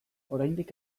oraindik